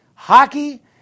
Hockey